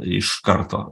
iš karto